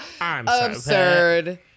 absurd